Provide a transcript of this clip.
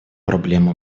проблему